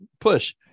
push